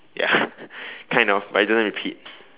ya kind of but it doesn't repeat